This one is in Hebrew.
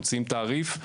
מוציאים תעריף,